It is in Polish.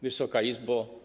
Wysoka Izbo!